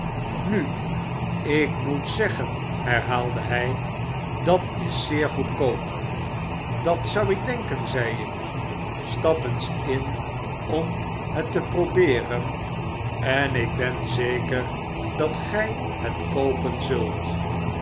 nu ik uioet zeggen herhaalde hy dat is zeer goedkoop datzouik denken zei ik stap eens in om het te probeeren en ik ben zeker dat gij het koopen zult